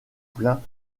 plain